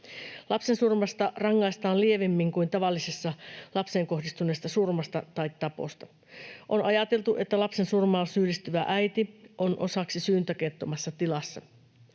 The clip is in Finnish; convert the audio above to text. Lapsensurmasta rangaistaan lievemmin kuin tavallisesta lapseen kohdistuneesta surmasta tai taposta. On ajateltu, että lapsensurmaan syyllistyvä äiti on osaksi syyntakeettomassa tilassa.